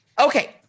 Okay